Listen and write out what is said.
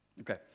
Okay